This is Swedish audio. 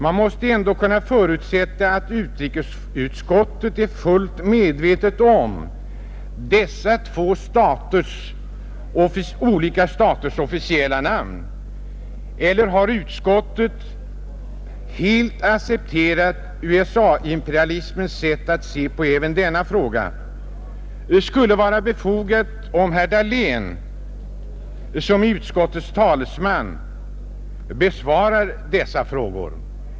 Man måste ändå kunna förutsätta att utskottets ledamöter är fullt medvetna om dessa två olika staters officiella namn. Eller har man i utskottet helt accepterat USA-imperialismens sätt att se på även denna fråga? Det skulle vara värdefullt om herr Dahlén, som är utskottets talesman, besvarar dessa frågor.